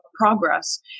progress